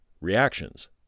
reactions